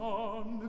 on